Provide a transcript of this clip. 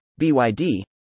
BYD